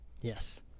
Yes